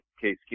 Case